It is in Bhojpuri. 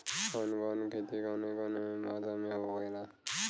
कवन कवन खेती कउने कउने मौसम में होखेला?